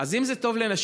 אז אם זה טוב לנשים,